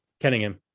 Kenningham